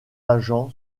agents